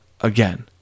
again